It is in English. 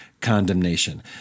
condemnation